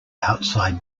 outside